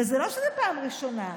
ולא שזו פעם ראשונה.